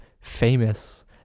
famous